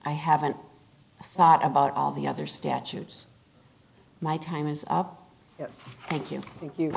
i haven't thought about all the other statutes my time is up thank you thank you